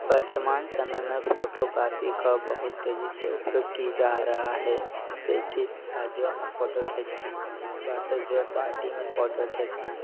वर्तमान समय में फोटोग्राफी का बहुत तेजी से उपयोग किया जा रहा है ऐसे के शादियों में फोटो खींचना बर्थडे पार्टी में फोटो खींचना